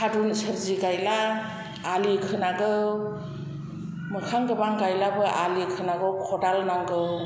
थारुन सोरजि गायोब्ला आलि खोनांगौ मोखां गोबां गायब्लाबो आलि खोनांगौ खदाल नांगौ